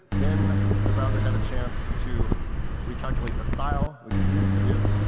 then the browser had a chance to recalculate the style, which it needs to do,